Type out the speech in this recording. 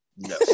No